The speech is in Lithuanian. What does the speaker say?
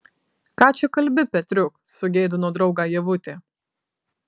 ką čia kalbi petriuk sugėdino draugą ievutė